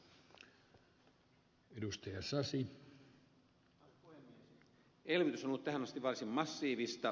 elvytys on ollut tähän asti varsin massiivista